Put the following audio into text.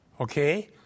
Okay